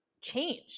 change